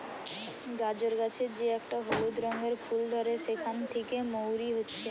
গাজর গাছের যে একটা হলুদ রঙের ফুল ধরে সেখান থিকে মৌরি হচ্ছে